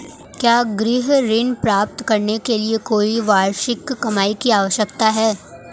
क्या गृह ऋण प्राप्त करने के लिए कोई वार्षिक कमाई की आवश्यकता है?